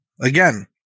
again